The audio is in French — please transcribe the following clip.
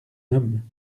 homme